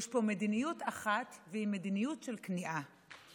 יש פה מדיניות אחת, והיא מדיניות של כניעה.